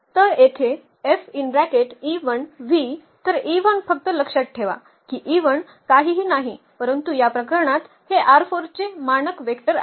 तर येथे तर फक्त लक्षात ठेवा की काहीही नाही परंतु या प्रकरणात हे चे मानक वेक्टर आहेत